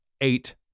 eight